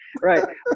right